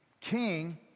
king